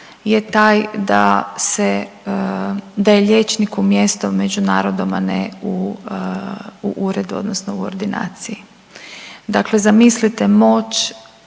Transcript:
je taj da je liječniku mjesto među narodom, a ne u uredu odnosno u ordinaciji. Dakle, zamislite moć